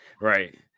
Right